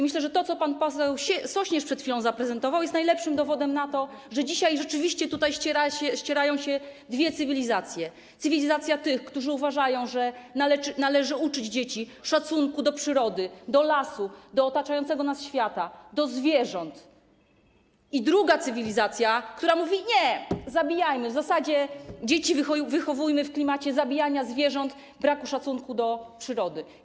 Myślę, że to, co pan poseł Sośnierz przed chwilą zaprezentował, jest najlepszym dowodem na to, że dzisiaj rzeczywiście tutaj ścierają się dwie cywilizacje: cywilizacja tych, którzy uważają, że należy uczyć dzieci szacunku do przyrody, do lasu, do otaczającego nas świata, do zwierząt, i druga cywilizacja, która mówi: nie, zabijajmy, w zasadzie wychowujmy dzieci w klimacie zabijania zwierząt, braku szacunku do przyrody.